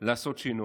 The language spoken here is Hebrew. לעשות שינוי.